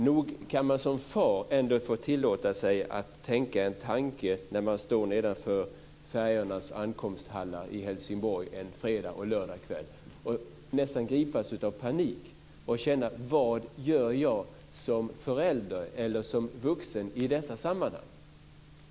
Nog kan man ändå som far få tillåta sig att tänka en tanke när man står nedanför färjornas ankomsthallar i Helsingborg en fredagseller lördagskväll och nästan gripas av panik och känna: Vad gör jag som förälder eller som vuxen i dessa sammanhang?